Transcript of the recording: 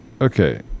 Okay